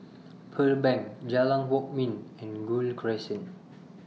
Pearl Bank Jalan Kwok Min and Gul Crescent